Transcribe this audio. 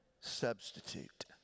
substitute